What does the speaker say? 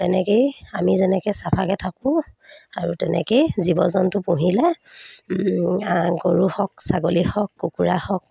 তেনেকেই আমি যেনেকৈ চাফাকৈ থাকোঁ আৰু তেনেকেই জীৱ জন্তু পুহিলে গৰু হওক ছাগলী হওক কুকুৰা হওক